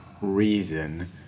reason